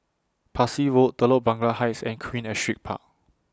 Parsi Road Telok Blangah Heights and Queen Astrid Park